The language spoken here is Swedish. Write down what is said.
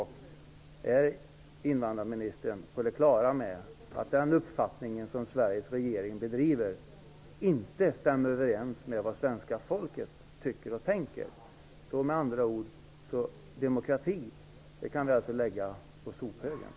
Är invandrarministern på det klara med att den verksamhet som Sveriges regering bedriver inte stämmer överens med vad svenska folket tycker och tänker? Demokratin kan vi lägga på sophögen.